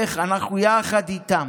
איך אנחנו, יחד איתם.